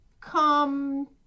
come